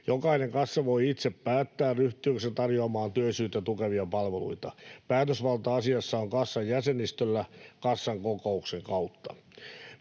Jokainen kassa voi itse päättää, ryhtyykö se tarjoamaan työllisyyttä tukevia palveluita. Päätösvalta asiassa on kassan jäsenistöllä kassan kokouksen kautta.